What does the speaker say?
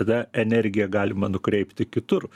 tada energiją galima nukreipti kitur